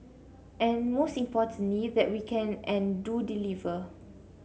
and most importantly that we can and do deliver